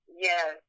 Yes